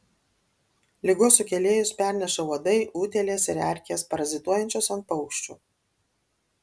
ligos sukėlėjus perneša uodai utėlės ir erkės parazituojančios ant paukščių